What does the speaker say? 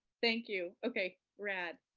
thank you. okay, rad.